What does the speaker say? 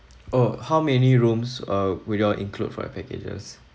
oh how many rooms uh without include for your packages